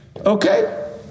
Okay